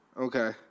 Okay